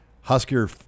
Husker